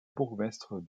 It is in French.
bourgmestre